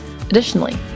Additionally